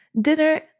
dinner